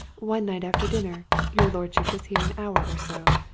one night after dinner your lordship was here an hour or so.